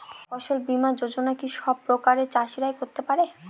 ফসল বীমা যোজনা কি সব প্রকারের চাষীরাই করতে পরে?